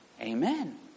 Amen